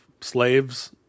slaves